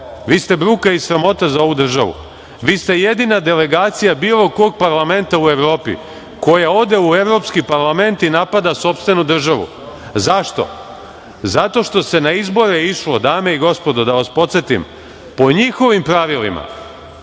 Vi ste bruka i sramota za ovu državu. Vi ste jedina delegacija bilo kog parlamenta u Evropi koja ode u Evropski parlament i napada sopstvenu državu. Zašto? Zato što se na izbore išlo, dame i gospodo, da vas podsetim, po njihovim pravilima. Ja